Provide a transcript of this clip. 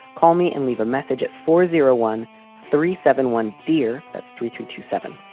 call me and leave a message at four zero one three seven one, dear. that's three three two seven.